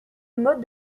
mode